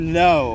no